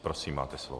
Prosím, máte slovo.